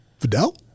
Fidel